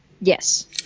Yes